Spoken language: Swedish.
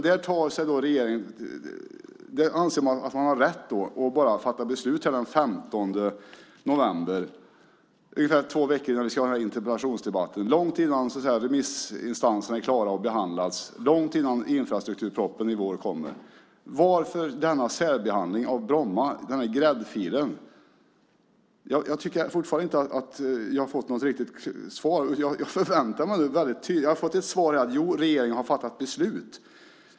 Där anser man att man har rätt att bara fatta beslut den 15 november, ungefär två veckor innan vi ska ha den här interpellationsdebatten, långt innan remissinstanserna är klara och långt innan infrastrukturpropositionen kommer i vår. Varför denna särbehandling av Bromma? Varför den här gräddfilen? Jag tycker fortfarande inte att jag har fått något riktigt svar. Jag förväntar mig nu ett väldigt tydligt svar. Jag har fått ett svar, att regeringen har fattat beslut.